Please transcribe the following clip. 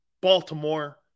Baltimore